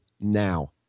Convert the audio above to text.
now